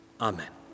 Amen